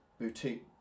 boutique